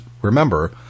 Remember